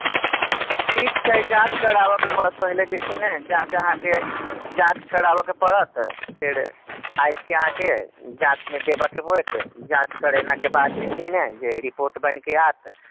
ठीक छै जाँच कराबऽ के पड़त पहिले जे छै ने जाँच अहाँकेँ जाँच कराबऽ के पड़त फेर आँखिके अहाँके जाँचमे देबऽ के होयत जाँच करयलाके बाद जे छै ने जे रिपोर्ट बनिके आएत